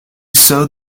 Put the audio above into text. sewed